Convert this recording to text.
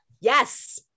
Yes